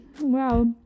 Wow